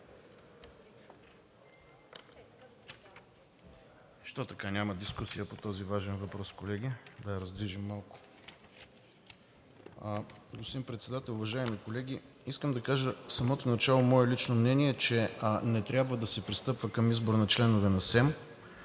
Защо така няма дискусия по този важен въпрос, колеги? Да раздвижим малко. Господин Председател, уважаеми колеги! Искам да кажа в самото начало мое лично мнение, че не трябва да се пристъпва към избор на членове на